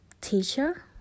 teacher